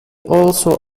also